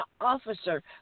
officer